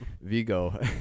Vigo